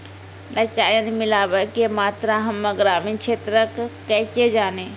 रसायन मिलाबै के मात्रा हम्मे ग्रामीण क्षेत्रक कैसे जानै?